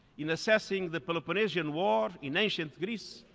in assessing the peloponnesian war in ancient greece,